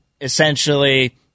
essentially